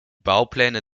baupläne